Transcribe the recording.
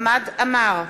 חמד עמאר,